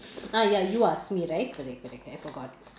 ah ya you ask me right correct correct I forgot